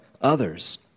others